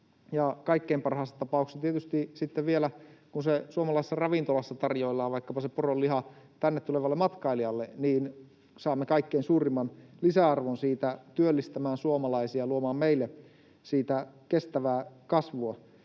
kaikkein parhaassa tapauksessa tietysti sitten vielä, kun se suomalaisessa ravintolassa tarjoillaan, vaikkapa se poronliha, tänne tulevalle matkailijalle, niin saamme kaikkein suurimman lisäarvon siitä työllistämään suomalaisia, luomaan meille siitä kestävää kasvua.